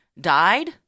died